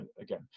again